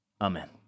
Amen